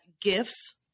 gifts